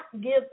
give